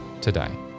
today